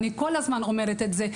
אני אומרת את זה כל הזמן,